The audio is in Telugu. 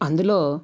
అందులో